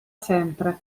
sempre